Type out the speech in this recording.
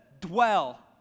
Dwell